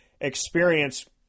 experience